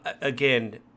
again